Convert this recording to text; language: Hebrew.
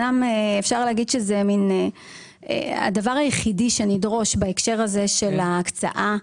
שאפשר להגיד שזה הדבר היחידי שנדרוש בהקשר הזה של ההקצאה,